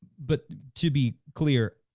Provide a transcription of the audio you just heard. but to be clear,